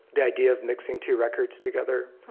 the idea of mixing two records together.